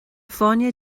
fáinne